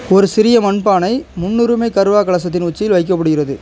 ஒரு சிறிய மண் பானை முன்னுரிமை கர்வா கலசத்தின் உச்சியில் வைக்கப்படுகிறது